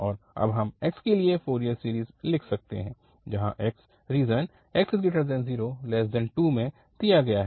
और अब हम x के लिए फ़ोरियर सीरीज़ लिख सकते हैं जहां x रीजन 0x2 में दिया गया है